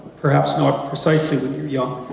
perhaps not precisely when you're young,